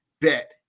bet